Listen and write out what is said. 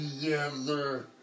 together